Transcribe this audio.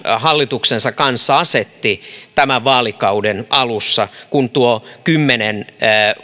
hallituksensa kanssa asetti tämän vaalikauden alussa kun tuo kymmenen